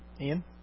Ian